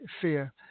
fear